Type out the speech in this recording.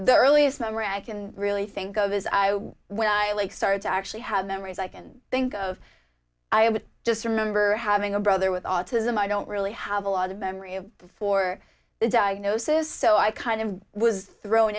the earliest memory i can really think of is i when i started to actually have memories i can think of i just remember having a brother with autism i don't really have a lot of memory of before the diagnosis so i kind of was thrown